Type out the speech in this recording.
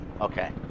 Okay